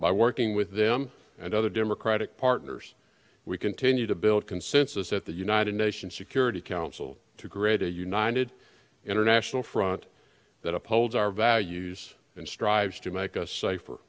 by working with them and other democratic partners we continue to build consensus at the united nations security council to greater united international front that upholds our values and strives to make us safer